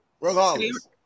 Regardless